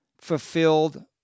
fulfilled